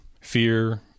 fear